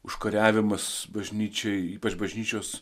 užkariavimas bažnyčiai ypač bažnyčios